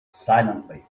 silently